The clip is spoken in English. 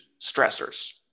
stressors